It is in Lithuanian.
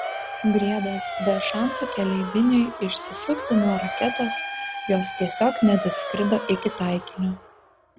briedas be šansų keleiviniui išsisukti nuo raketos jos tiesiog nedaskrido iki taikinio